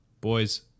Boys